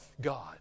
God